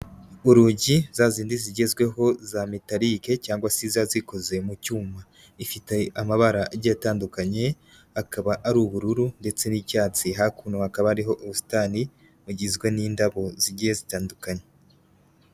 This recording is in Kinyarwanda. Urugi, za zindi zigezweho za metalike cyangwa se ziba zikoze mu cyuma, ifite amabara agiye atandukanye, akaba ari ubururu ndetse n'icyatsi, hakuno hakaba hari ubusitani bugizwe n'indabo zigiye zitandukanye.